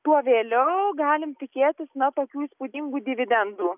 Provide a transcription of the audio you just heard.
tuo vėliau galim tikėtis na tokių įspūdingų dividendų